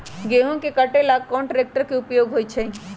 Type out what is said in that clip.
गेंहू के कटे ला कोंन ट्रेक्टर के उपयोग होइ छई?